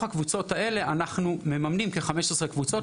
הקבוצות האלה אנחנו מממנים כ-15 קבוצות,